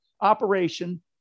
operation